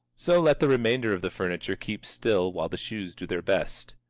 so let the remainder of the furniture keep still while the shoes do their best.